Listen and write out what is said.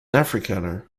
afrikaner